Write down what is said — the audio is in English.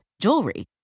jewelry